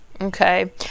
okay